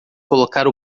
colocar